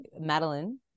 Madeline